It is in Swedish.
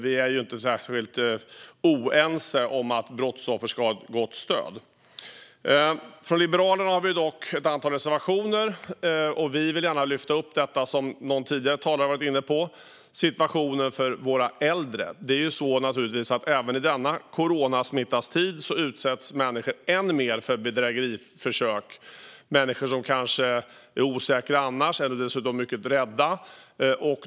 Vi är inte särskilt oense om att brottsoffer ska få ett gott stöd. Liberalerna har dock ett antal reservationer. Vi vill gärna lyfta upp det som någon tidigare talare har varit inne på: situationen för våra äldre. I coronasmittans tid utsätts människor än mer för bedrägeriförsök. Det handlar om människor som annars kanske är osäkra och dessutom mycket rädda.